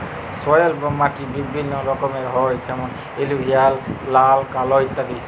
soil বা মাটি বিভিল্য রকমের হ্যয় যেমন এলুভিয়াল, লাল, কাল ইত্যাদি